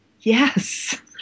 Yes